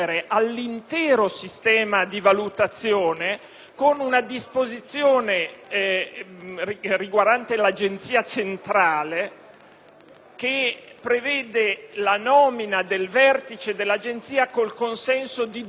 con una disposizione riguardante l'Agenzia centrale, che prevede la nomina del vertice dell'Agenzia con il consenso di due terzi del Parlamento.